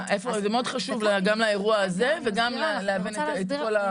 זה מאוד חשוב גם לאירוע הזה וגם להבין את הכל,